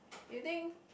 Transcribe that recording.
you think